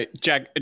Jack